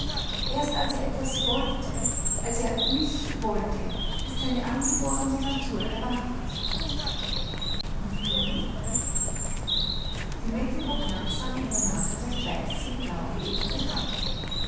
erst als er etwas wollte als er mich wollte ist seine angeborene natur erwacht und du die mette hob langsam ihre magere weiße blaugeäderte hand